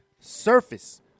surface